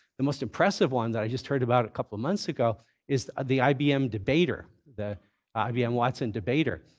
the most impressive one that i just heard about a couple months ago is the ibm debater, the ibm watson debater.